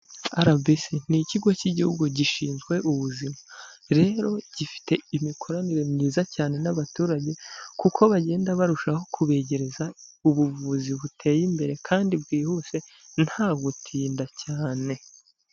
Rbc ni ikigo cy'igihugu gishinzwe ubuzima; rero gifite imikoranire myiza cyane n'abaturage; kuko bagenda barushaho kubegereza ubuvuzi buteye imbere kandi bwihuse nta gutinda cyane.